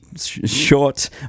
short